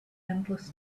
endless